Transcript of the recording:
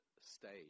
stage